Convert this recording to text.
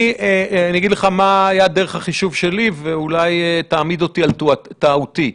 אני אגיד לך מה דרך החישוב שלי ואולי תעמיד אותי על טעותי.